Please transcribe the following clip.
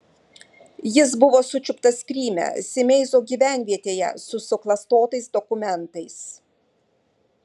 jis buvo sučiuptas kryme simeizo gyvenvietėje su suklastotais dokumentais